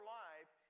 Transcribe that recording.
life